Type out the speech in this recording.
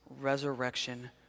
resurrection